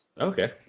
Okay